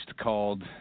called